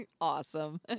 Awesome